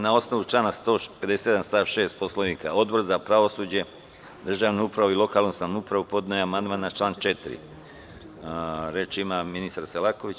Na osnovu člana 157. stav 6. Poslovnika, Odbor za pravosuđe, državnu upravu i lokalnu samoupravu podneo je amandman na član 4. Reč ima ministar Selaković.